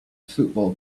football